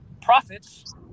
profits –